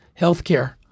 Healthcare